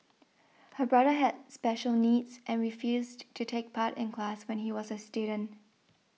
her brother had special needs and refused to take part in class when he was a student